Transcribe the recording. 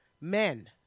men